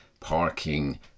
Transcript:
parking